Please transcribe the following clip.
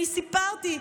אני סיפרתי.